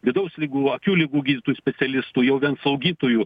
vidaus ligų akių ligų gydytojų specialistų jau vien slaugytojų